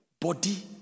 Body